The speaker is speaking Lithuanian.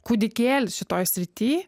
kūdikėlis šitoj srity